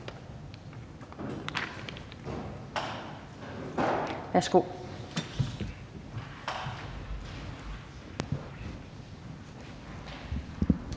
Værsgo.